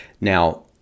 Now